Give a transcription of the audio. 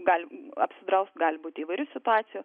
gal apsidraust gali būti įvairių situacijų